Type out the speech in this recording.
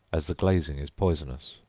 as the glazing is poisonous.